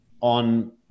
on